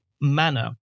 manner